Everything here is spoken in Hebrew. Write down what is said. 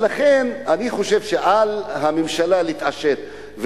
לכן אני חושב שעל הממשלה להתעשת,